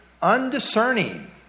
undiscerning